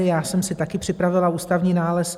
Já jsem si taky připravila ústavní nález.